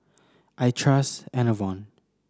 I trust Enervon